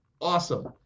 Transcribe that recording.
awesome